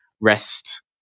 rest